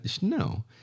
No